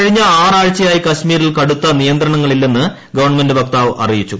കഴിഞ്ഞ ആറാഴ്ചയായി കശ്മീരിൽ കടുത്ത നിയന്ത്രണങ്ങളില്ലെന്ന് ഗവൺമെന്റ് വക്താവ് അറിയിച്ചു